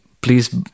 please